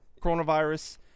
Coronavirus